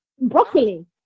Broccoli